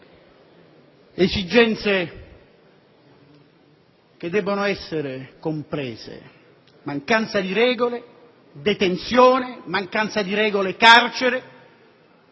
esigenze che debbono essere comprese. Mancanza di regole: detenzione; mancanza di regole: carcere,